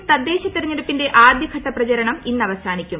കേരളത്തിൽ തദ്ദേശ തിരഞ്ഞെടുപ്പിന്റെ ആദ്യഘട്ട പ്രചാരണം ഇന്ന് അവസാനിക്കും